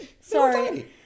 Sorry